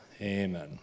Amen